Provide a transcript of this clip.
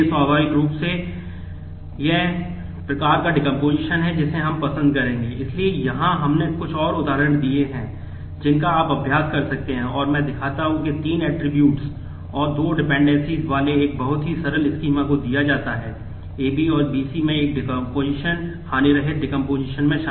इसलिए स्वाभाविक रूप से यह एक प्रकार का डेकोम्पोसिशन